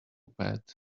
pad